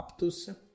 Aptus